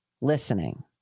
listening